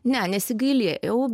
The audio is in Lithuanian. ne nesigailėjau